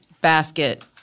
basket